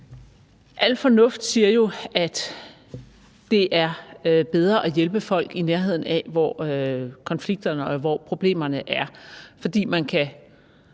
Al fornuft siger jo, at det er bedre at hjælpe folk, i nærheden af hvor konflikterne og problemerne er, fordi man kan